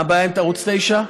מה הבעיה עם ערוץ 9?